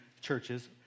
churches